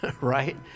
right